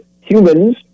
humans